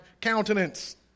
countenance